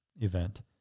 event